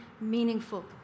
meaningful